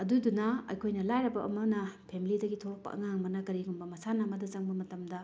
ꯑꯗꯨꯗꯨꯅ ꯑꯩꯈꯣꯏꯅ ꯂꯥꯏꯔꯕ ꯑꯃꯅ ꯐꯦꯃꯤꯂꯤꯗꯒꯤ ꯊꯣꯛꯂꯛꯄ ꯑꯉꯥꯡ ꯑꯃꯅ ꯀꯔꯤꯒꯨꯝꯕ ꯃꯁꯥꯟꯅ ꯑꯃꯗ ꯆꯪꯕ ꯃꯇꯝꯗ